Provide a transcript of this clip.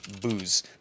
booze